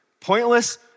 pointless